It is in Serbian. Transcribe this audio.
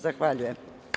Zahvaljujem.